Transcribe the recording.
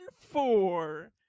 four